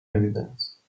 evidence